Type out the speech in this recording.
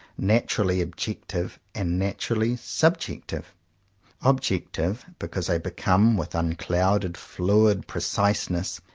naturally objective and naturally subjective objective, because i become with unclouded, fluid preciseness,